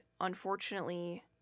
unfortunately